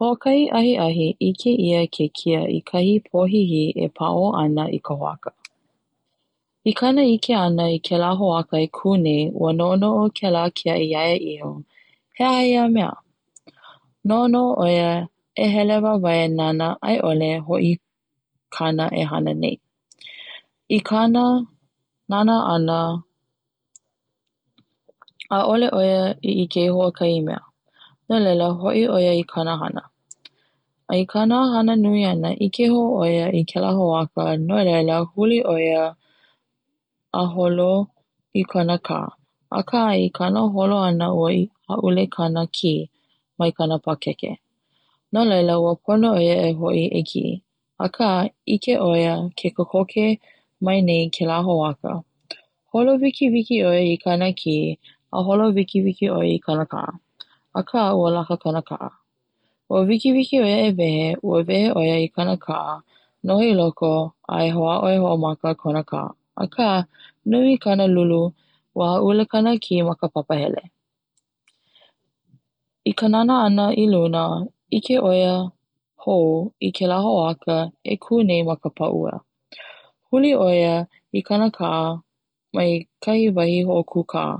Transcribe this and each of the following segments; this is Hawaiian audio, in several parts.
Hoʻokahi ahiahi ʻike ia ke kiaʻi i kahi pohihihi e paʻaomo ana i ka hoʻoaka, I kana ʻike ana i kela hoʻaka e ku nei, ua noʻonoʻo kela kiaʻi ia ia iho he aha ia mea, noʻonoʻo ʻo ia e hele wawae nana aiʻole hoʻi i kaʻu e hana nei, i kana nana ana ʻaʻole ʻo ia i ʻike i hoʻokahi mea, no laila hoʻi ʻo ia i kana hana, a i kana hana nui ana, ʻike hou ʻo ia i keia hoʻaka, no laila huli ʻo ia a holo o kana kaʻa, aka i kana holo ana ua haʻule kana kī mai kana pakeke, no laila ua pono ʻo ia e hoʻi e kiʻi, aka ʻike ʻo ia ke kokoke mai nei kela hoʻaka, holo wikiwiki ʻo ia i kana kī, a holo wikiwiki ʻo ia i kana kaʻa, aka ua laka kana kaʻa, ua wikiwiki ʻoia e wehe, ua wehe ʻoia i kana kaʻa noho i loko a hoʻaʻo e hoʻomaka kona kaʻa aka nui kona lulu ua haʻule kana ki ma ka papa hele, i ka nana ana i luna ʻike ʻoia hou i kela hoʻaka e ku nei ma ka pā ʻuea. Ua huli ʻoia i kana kaʻa mai ka wahi hoʻoku kaʻa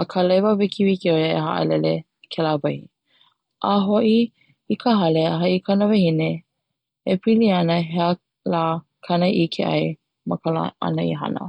a kalaiwa wikiwiki ʻoia a haʻalele kela wahi a hoʻi i ka hale a haʻi i kana wahine e pili ana he aha la kana i ʻike ai i kana hana ana.